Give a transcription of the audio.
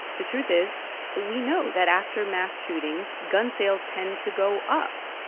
the truth is we know that after mass shootings, gun sales tend to go up.